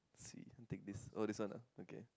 let's see take this oh this one ah okay